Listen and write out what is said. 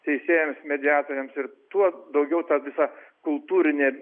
teisėjams mediatoriams ir tuo daugiau ta visa kultūrinė